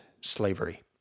slavery